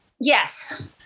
Yes